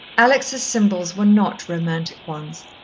alex' symbols were not romantic ones,